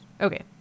Okay